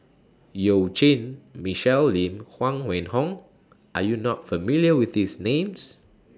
YOU Jin Michelle Lim Huang Wenhong Are YOU not familiar with These Names